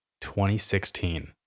2016